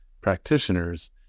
Practitioners